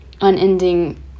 unending